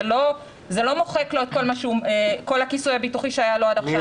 זה לא מוחק לו את כל הכיסוי הביטוחי שהיה לו עד עכשיו.